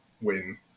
win